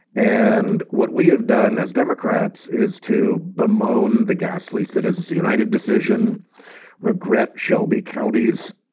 and what we have done as democrats is to bemoan the ghastly citizens united decision regret shelby county's